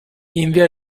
invia